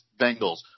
Bengals